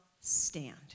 stand